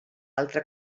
altra